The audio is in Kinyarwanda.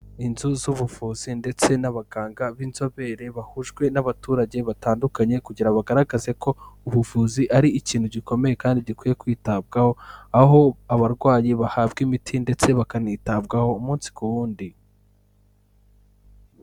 Inzu z'ubuvuzi ndetse n'abaganga b'inzobere bahujwe n'abaturage batandukanye kugira bagaragaze ko ubuvuzi ari ikintu gikomeye kandi gikwiye kwitabwaho, aho abarwayi bahabwa imiti ndetse bakanitabwaho umunsi ku wundi.